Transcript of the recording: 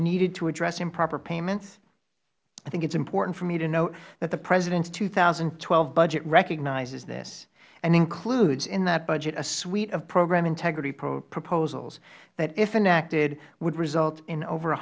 needed to address improper payments i think it is important for me to note that the president's two thousand and twelve budget recognizes this and includes in that budget a suite of program integrity proposals that if enacted would result in over